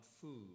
food